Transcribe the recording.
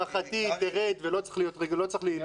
להערכתי, היא תרד, ולא צריך --- בעניין הזה.